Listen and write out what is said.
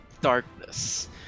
darkness